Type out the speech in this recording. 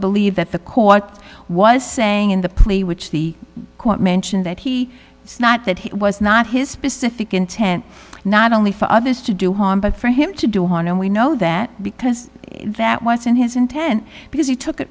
believe that the court was saying in the plea which the court mentioned that he was not that he was not his specific intent not only for others to do harm but for him to do harm and we know that because that once in his intent because he took it